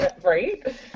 Right